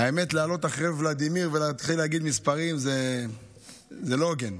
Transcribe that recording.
האמת היא שלעלות אחרי ולדימיר ולהתחיל להגיד מספרים זה לא הוגן.